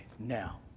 Now